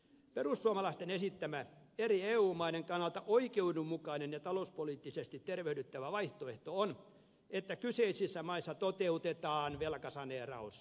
perussuomalaisten esittämä eri eu maiden kannalta oikeudenmukainen ja talouspoliittisesti tervehdyttävä vaihtoehto on että kyseisissä maissa toteutetaan velkasaneeraus